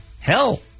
hell